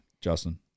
Justin